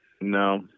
no